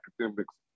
academics